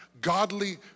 godly